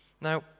Now